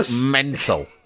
mental